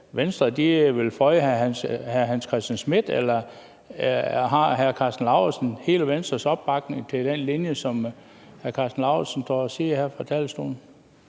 Venstre vil føje hr. Hans Christian Schmidt, eller har hr. Karsten Lauritzen hele Venstres opbakning til den linje, som hr. Karsten Lauritzen nævner her fra talerstolen?